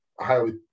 highly